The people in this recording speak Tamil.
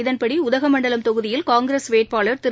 இதன்படி உதகமண்டலம் தொகுதியில் காங்கிரஸ் வேட்பாளர் திரு